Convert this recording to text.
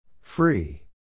Free